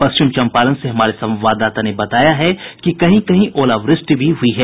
पश्चिम चम्पारण से हमारे संवाददाता ने बताया है कि कहीं कहीं ओलावृष्टि भी हुई है